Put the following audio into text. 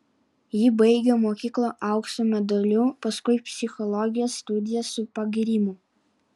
ji baigė mokyklą aukso medaliu paskui psichologijos studijas su pagyrimu